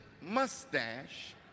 mustache